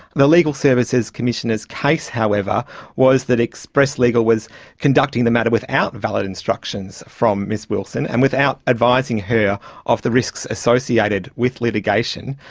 the legal services commissioner's case however was that express legal was conducting the matter without valid instructions from miss wilson and without advising her on the risks associated with litigation.